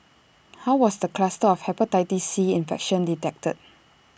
how was the cluster of Hepatitis C infection detected